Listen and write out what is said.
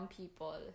people